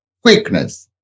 quickness